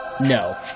No